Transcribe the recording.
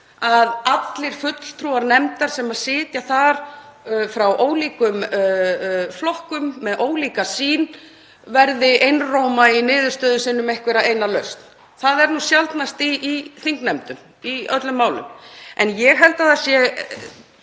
að allir fulltrúar nefndar sem sitja þar frá ólíkum flokkum með ólíka sýn verði einróma í niðurstöðu sinni um einhverja eina lausn. Það er nú sjaldnast í öllum málum í þingnefndum. En ég held að það sé